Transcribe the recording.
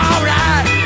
Alright